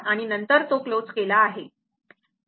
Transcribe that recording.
आणि नंतर तो क्लोज्ड केला आहे